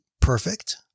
perfect